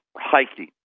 hiking